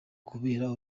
kubera